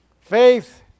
Faith